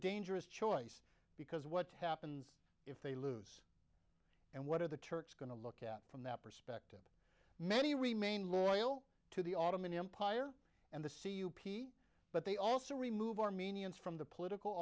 dangerous choice because what happens if they lose and what are the turks going to look at from that perspective many remain loyal to the ottoman empire and the c u p but they also remove armenians from the political